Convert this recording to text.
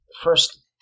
first